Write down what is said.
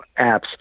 apps